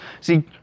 See